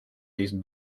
season